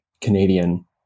Canadian